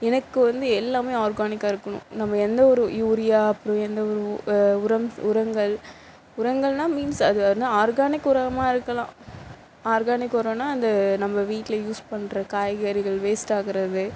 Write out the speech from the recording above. எனக்கு வந்து எல்லாமே ஆர்கானிக்காக இருக்கணும் நம்ம எந்த ஒரு யூரியா அப்றம் எந்த ஒரு உரம் உரங்கள் உரங்கள்னால் மீன்ஸ் அது ஆர்கானிக் உரமாக இருக்கலாம் ஆர்கானிக் உரனா அந்த நம்ம வீட்டில் யூஸ் பண்ற காய்கறிகள் வேஸ்ட்டாகிறது